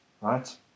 right